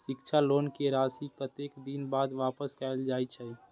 शिक्षा लोन के राशी कतेक दिन बाद वापस कायल जाय छै?